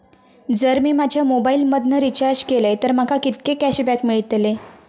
जर मी माझ्या मोबाईल मधन रिचार्ज केलय तर माका कितके कॅशबॅक मेळतले?